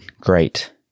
great